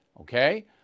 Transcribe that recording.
okay